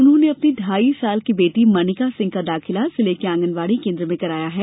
उन्होंने अपनी ढाई साल की बेटी मर्णिका सिंह का दाखिला जिले के आंगनवाड़ी केन्द्र में कराया है